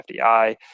FDI